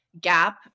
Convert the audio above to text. gap